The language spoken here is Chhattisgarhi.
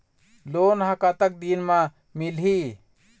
लोन ह कतक दिन मा मिलही?